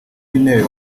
w’intebe